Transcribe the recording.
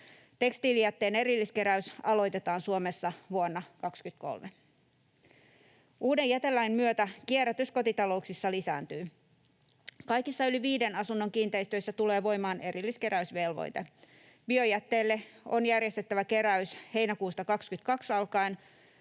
Tekstiilijätteen erilliskeräys aloitetaan Suomessa vuonna 23. Uuden jätelain myötä kierrätys kotitalouksissa lisääntyy. Kaikissa yli viiden asunnon kiinteistöissä tulee voimaan erilliskeräysvelvoite: biojätteelle on järjestettävä keräys heinäkuusta 22 alkaen,